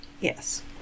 Yes